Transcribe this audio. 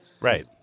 Right